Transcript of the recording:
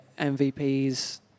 MVPs